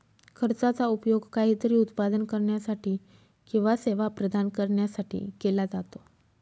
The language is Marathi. खर्चाचा उपयोग काहीतरी उत्पादन करण्यासाठी किंवा सेवा प्रदान करण्यासाठी केला जातो